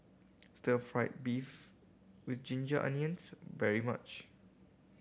stir fried beef with ginger onions very much